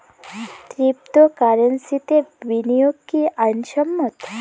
ক্রিপ্টোকারেন্সিতে বিনিয়োগ কি আইন সম্মত?